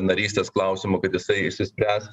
narystės klausimu kad jisai išsispręs